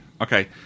Okay